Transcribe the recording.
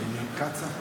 בעניין קצא"א?